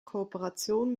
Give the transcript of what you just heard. kooperation